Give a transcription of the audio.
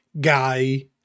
Guy